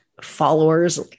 followers